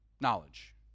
knowledge